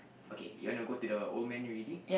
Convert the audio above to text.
okay you want to go to the old man already